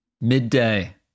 midday